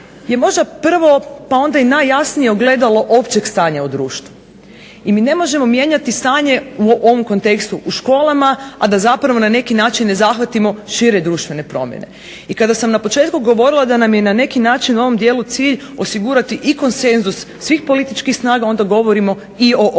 je možda prvo pa onda i najjasnije ogledalo općeg stanja u društvu. I mi ne možemo mijenjati stanje u ovom kontekstu u školama, a da zapravo na neki način ne zahvatimo šire društvene promjene. I kada sam na početku govorila da nam je na neki način u ovom dijelu cilj osigurati i konsenzus svih političkih snaga onda govorimo i o ovome.